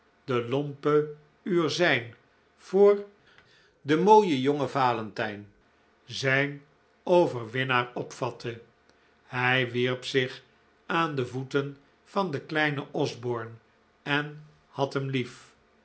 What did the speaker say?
de lompe ursijn voor den mooien jongen valentijn zijn overwinnaar opvatte hij wierp zich aan de voeten van den kleinen osborne en had hem lief